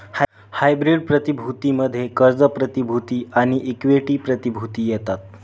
hybrid प्रतिभूती मध्ये कर्ज प्रतिभूती आणि इक्विटी प्रतिभूती येतात